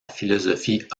philosophie